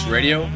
Radio